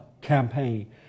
campaign